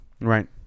Right